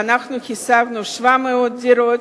ואנחנו השגנו 700 דירות,